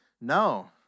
No